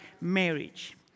marriage